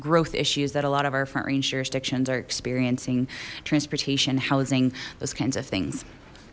growth issues that a lot of our front range jurisdictions are experiencing transportation housing those kinds of things